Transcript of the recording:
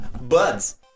Buds